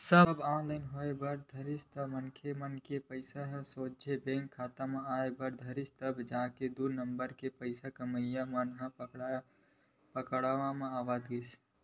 सब online होय बर धरिस मनखे के पइसा सोझ बेंक खाता म आय बर धरिस तब जाके दू नंबर के पइसा कमइया वाले मन पकड़ म आवत गिस